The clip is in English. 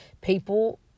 people